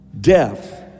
death